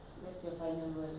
ten thousand word